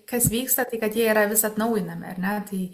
kas vyksta tai kad jie yra vis atnaujinami ar ne tai